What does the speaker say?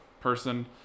person